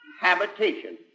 habitation